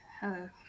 Hello